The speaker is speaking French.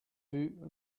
vue